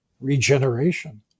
*Regeneration*